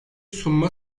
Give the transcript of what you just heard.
sunma